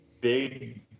big